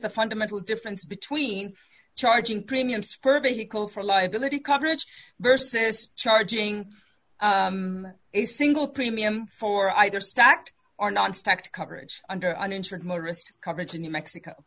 the fundamental difference between charging premiums per vehicle for liability coverage versus charging a single premium for either stacked or nonstop coverage under uninsured motorist coverage in new mexico